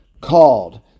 called